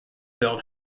build